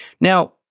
Now